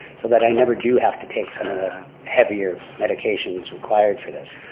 so that i never do have to take some of the heavier medications required for this.